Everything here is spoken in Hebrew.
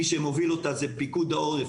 מי שמוביל אותה זה פיקוד העורף,